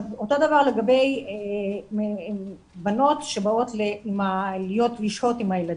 אותו דבר לגבי בנות שבאות לשהות עם הילדים.